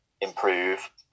improve